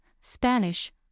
Spanish